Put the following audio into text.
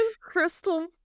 crystal